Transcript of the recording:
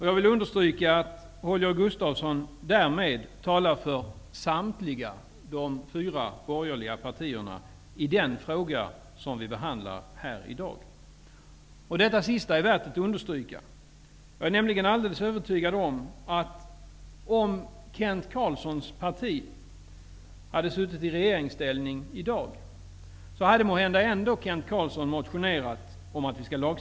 Jag vill understryka att Holger Gustafsson därmed talar för samtliga de fyra borgerliga partierna i den fråga vi behandlar här i dag. Det är värt att understryka. Jag är nämligen alldeles övertygad om att Kent Carlsson hade motionerat om att vi skall lagstifta omedelbart även om hans parti hade suttit i regeringsställning i dag.